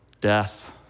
death